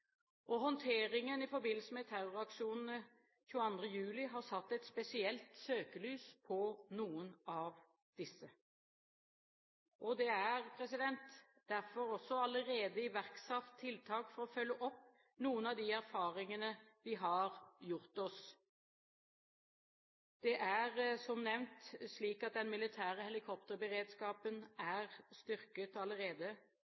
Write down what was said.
Håndteringen i forbindelse med terroraksjonene 22. juli har satt et spesielt søkelys på noen av disse. Det er derfor også allerede iverksatt tiltak for å følge opp noen av de erfaringene vi har gjort oss. Det er, som nevnt, slik at den militære helikopterberedskapen